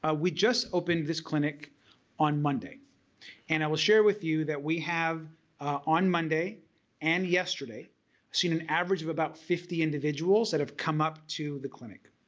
ah we just opened this clinic on monday and i will share with you that we have on monday and yesterday seen an average of about fifty individuals that have come up to the clinic.